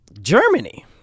germany